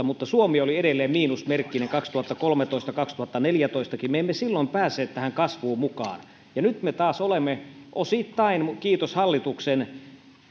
mutta suomi oli edelleen miinusmerkkinen kaksituhattakolmetoista ja kaksituhattaneljätoistakin me emme silloin päässeet tähän kasvuun mukaan nyt me taas olemme mukana osittain kiitos hallituksen